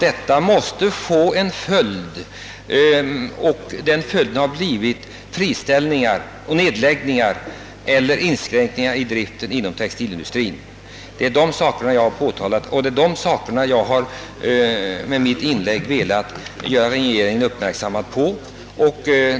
Detta måste få och har som följd fått ned läggningar av eller inskränkningar i driften inom textilin'dustrin, vilket i sin tur lett till friställningar. Det är dessa förhållanden jag påtalat och med mitt inlägg velat göra regeringen uppmärksam på.